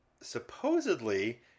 supposedly